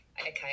okay